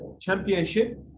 championship